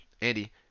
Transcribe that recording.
andy